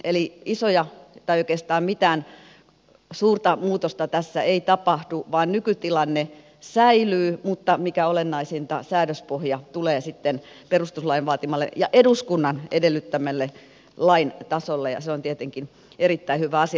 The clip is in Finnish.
eli oikeastaan mitään suurta muutosta tässä ei tapahdu vaan nykytilanne säilyy mutta mikä olennaisinta säädöspohja tulee sitten perustuslain vaatimalle ja eduskunnan edellyttämälle lain tasolle ja se on tietenkin erittäin hyvä asia